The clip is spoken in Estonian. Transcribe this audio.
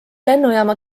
lennujaama